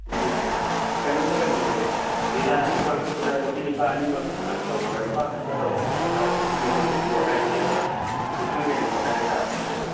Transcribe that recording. ꯑꯗꯗꯨꯤ ꯀꯩꯅꯣꯝꯇꯒ ꯍꯪꯖꯒꯦ ꯂꯤꯂꯥꯁꯤ ꯄꯥꯡꯊꯣꯛꯄꯗ ꯅꯨꯄꯤ ꯅꯨꯄꯥ ꯑꯅꯤꯃꯛ ꯇꯧꯕ꯭ꯔꯥ ꯅꯨꯄꯥꯈꯇ ꯇꯧꯔꯁꯨ ꯌꯥꯕ꯭ꯔꯥ ꯅꯨꯄꯤ ꯌꯥꯎꯍꯟꯕꯁꯨ ꯑꯀꯥꯏꯕ ꯂꯩꯕ꯭ꯔꯥ ꯁꯨꯝ ꯈꯪꯖꯅꯤꯡꯕ ꯍꯥꯏꯕ ꯇꯥꯔꯦ